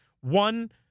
One